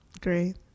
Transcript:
great